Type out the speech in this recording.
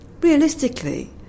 realistically